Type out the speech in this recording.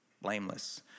blameless